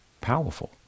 powerful